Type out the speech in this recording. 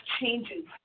changes